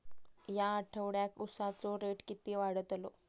या आठवड्याक उसाचो रेट किती वाढतलो?